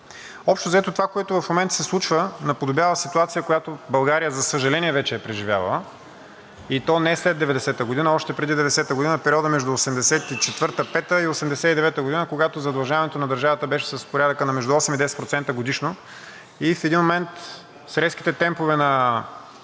Общо взето това, което в момента се случва, наподобява ситуация, която България, за съжаление, вече е преживявала, и то не след 1990 г., а още преди 1990 г. – в периода между 1984 г., 1985 г. и 1989 г., когато задлъжняването на държавата беше в порядъка между 8 и 10% годишно. И в един момент с резките темпове на